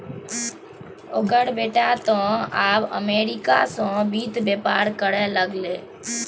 ओकर बेटा तँ आब अमरीका सँ वित्त बेपार करय लागलै